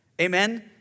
Amen